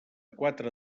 quatre